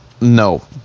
No